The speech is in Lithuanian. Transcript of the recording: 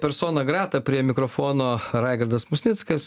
persona grata prie mikrofono raigardas musnickas